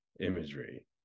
imagery